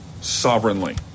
sovereignly